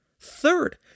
Third